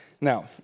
Now